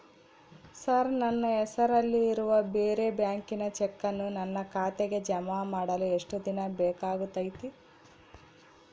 Sir ನನ್ನ ಹೆಸರಲ್ಲಿ ಇರುವ ಬೇರೆ ಬ್ಯಾಂಕಿನ ಚೆಕ್ಕನ್ನು ನನ್ನ ಖಾತೆಗೆ ಜಮಾ ಮಾಡಲು ಎಷ್ಟು ದಿನ ಬೇಕಾಗುತೈತಿ?